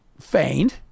feigned